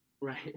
Right